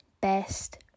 best